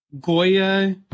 Goya